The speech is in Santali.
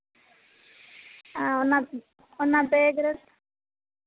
ᱚᱱᱟ ᱵᱮᱜᱽ ᱚᱱᱟ ᱵᱮᱜᱨᱮ